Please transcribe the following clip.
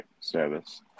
service